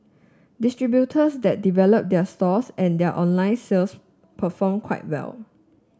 distributors that develop their stores and their online sales perform quite well